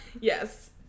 Yes